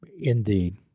Indeed